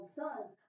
sons